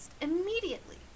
immediately